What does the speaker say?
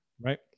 right